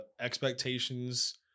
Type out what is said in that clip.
expectations